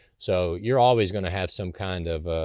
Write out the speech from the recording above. so you're always gonna have some kind of